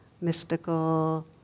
mystical